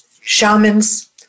shamans